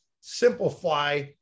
simplify